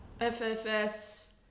FFS